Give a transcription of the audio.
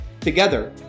Together